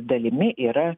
dalimi yra